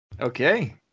Okay